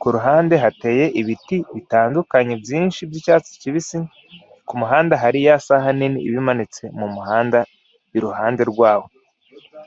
ku ruhande hateye ibiti bitandukanye byinshi by'icyatsi kibisi, ku muhanda hari ya saha nini iba imanitse ku ruhande rw'aho.